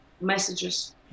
messages